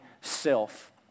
self